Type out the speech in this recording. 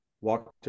walked